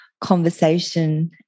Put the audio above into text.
conversation